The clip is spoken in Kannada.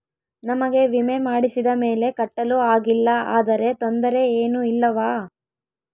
ನಮಗೆ ವಿಮೆ ಮಾಡಿಸಿದ ಮೇಲೆ ಕಟ್ಟಲು ಆಗಿಲ್ಲ ಆದರೆ ತೊಂದರೆ ಏನು ಇಲ್ಲವಾ?